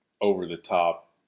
over-the-top